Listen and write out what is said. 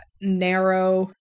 narrow